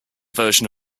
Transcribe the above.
version